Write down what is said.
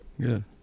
good